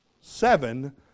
seven